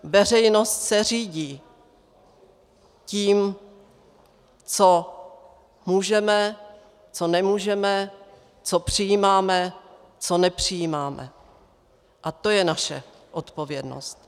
Veřejnost se řídí tím, co můžeme, co nemůžeme, co přijímáme, co nepřijímáme, a to je naše odpovědnost.